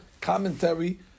commentary